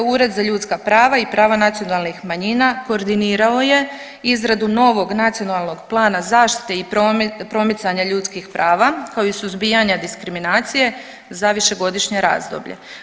Ured za ljudska prava i prava nacionalnih manjina koordinirao je izradu novog nacionalnog plana zaštite i promicanja ljudskih prava kao i suzbijanja diskriminacije za višegodišnje razdoblje.